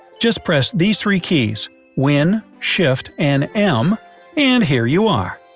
just press these three keys win, shift, and m and here you are.